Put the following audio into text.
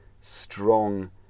strong